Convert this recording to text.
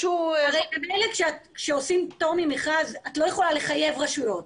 ממילא כשעושים פטור ממכרז את לא יכולה לחייב רשויות.